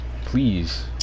please